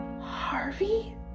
Harvey